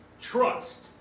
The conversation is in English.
Trust